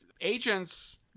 agents